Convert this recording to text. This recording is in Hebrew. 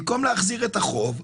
במקום להחזיר את החוב,